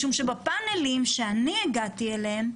משום שבפאנלים שאני הגעתי אליהם,